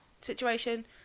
situation